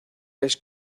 les